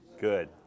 Good